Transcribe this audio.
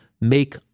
make